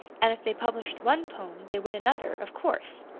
and if they published one poem they would another, of course,